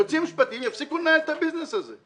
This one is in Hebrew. היועצים המשפטיים יפסיקו לנהל את הביזנס הזה.